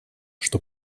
что